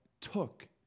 took